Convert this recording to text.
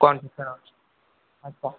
अच्छा